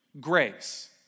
grace